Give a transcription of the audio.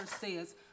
says